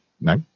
No